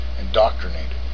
indoctrinated